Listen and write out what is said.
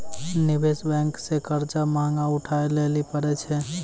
निवेश बेंक से कर्जा महगा उठाय लेली परै छै